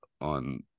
on